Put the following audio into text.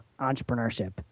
entrepreneurship